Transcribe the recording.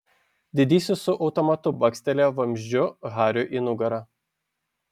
didysis su automatu bakstelėjo vamzdžiu hariui į nugarą